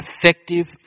effective